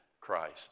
Christ